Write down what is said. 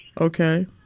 Okay